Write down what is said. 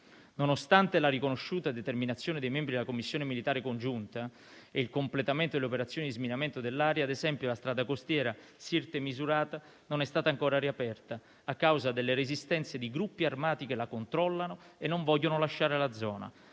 Nonostante la riconosciuta determinazione dei membri della Commissione militare congiunta e il completamento delle operazioni di sminamento dell'area, la strada costiera tra Sirte e Misurata, ad esempio, non è stata ancora riaperta a causa delle resistenze di gruppi armati che la controllano e non vogliono lasciare la zona.